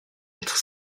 être